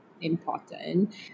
Important